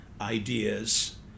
ideas